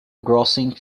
grossing